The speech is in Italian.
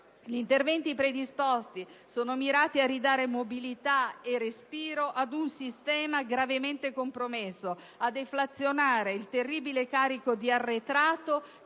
gli interventi predisposti sono mirati a ridare mobilità e respiro ad un sistema gravemente compromesso, a deflazionare il terribile carico di arretrato